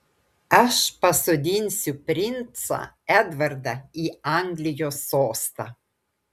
aš pasodinsiu princą edvardą į anglijos sostą